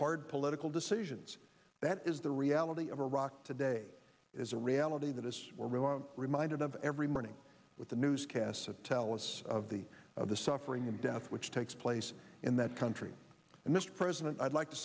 hard political decisions that is the reality of iraq today is a reality that is real i'm reminded of every morning with the newscasts to tell us of the of the suffering and death which takes place in that country and this president i'd like to